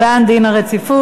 הוא בעד דין הרציפות,